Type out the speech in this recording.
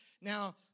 Now